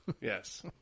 Yes